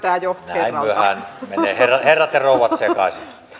näin myöhään menevät herrat ja rouvat sekaisin